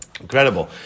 Incredible